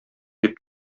дип